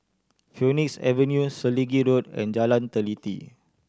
Phoenix Avenue Selegie Road and Jalan Teliti